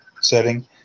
setting